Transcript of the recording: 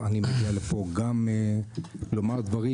גם בנושא של החי,